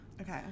Okay